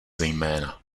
zejména